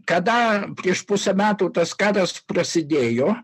kada prieš pusę metų tas karas prasidėjo